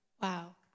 Wow